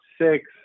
six